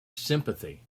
sympathy